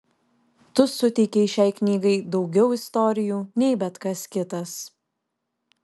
tu suteikei šiai knygai daugiau istorijų nei bet kas kitas